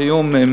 זה בתיאום,